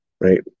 Right